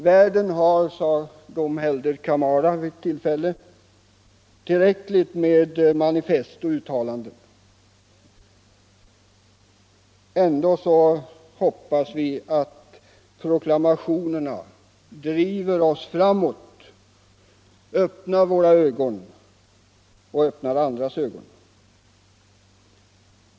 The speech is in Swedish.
Världen har, sade Dom Helder Camara, tillräckligt med manifest och uttalanden. Ändå hoppas vi att proklamationerna driver oss framåt, öppnar våra och andras ögon.